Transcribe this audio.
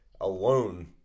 alone